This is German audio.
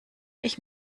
ich